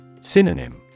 Synonym